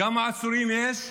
כמה עצורים יש?